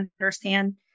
understand